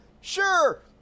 Sure